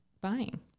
buying